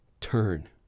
turn